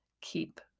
keep